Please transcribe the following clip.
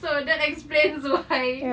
so that explains why